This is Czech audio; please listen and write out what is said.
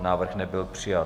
Návrh nebyl přijat.